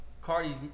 Cardi's